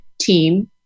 team